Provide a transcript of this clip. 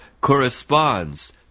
corresponds